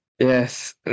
Yes